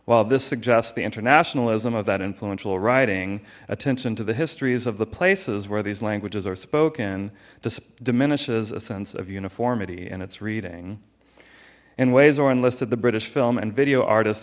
while this suggests the internationalism of that influential writing attention to the histories of the places where these languages are spoken to diminishes a sense of uniformity in its reading in ways our enlisted the british film and video artist